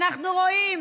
אנחנו רואים